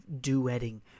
duetting